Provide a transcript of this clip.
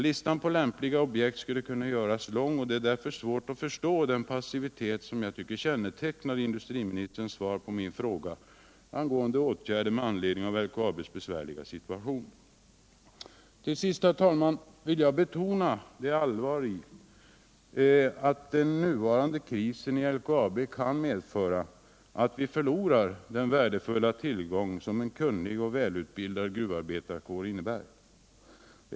Listan på lämpliga objekt kunde göras lång, och det är därför svårt att förstå den passivitet som jag tycker kännetecknar industriministerns svar på min fråga angående åtgärder med att upprätthålla Sysselsättningen Norrbotten i anledning av LKAB:s besvärliga situation. Jag vill också betona det allvarliga i att den nuvarande krisen i LKAB kan medföra att vi förlorar den värdefulla tillgång som en kunnig och välutbildad gruvarbetarkår utgör. Herr talman!